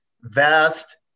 Vast